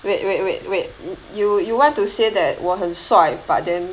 wait wait wait wait you you want to say that 我很帅 but then